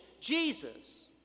Jesus